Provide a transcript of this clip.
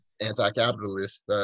anti-capitalist